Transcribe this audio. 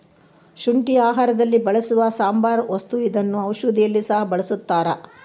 ಶುಂಠಿ ಆಹಾರದಲ್ಲಿ ಬಳಸುವ ಸಾಂಬಾರ ವಸ್ತು ಇದನ್ನ ಔಷಧಿಯಲ್ಲಿ ಸಹ ಬಳಸ್ತಾರ